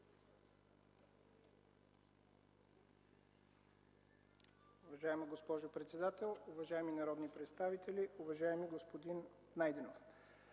Уважаема госпожо председател, уважаеми народни представители, уважаеми господин Кутев!